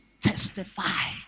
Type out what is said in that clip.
testify